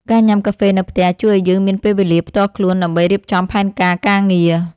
ការញ៉ាំកាហ្វេនៅផ្ទះជួយឱ្យយើងមានពេលវេលាផ្ទាល់ខ្លួនដើម្បីរៀបចំផែនការការងារ។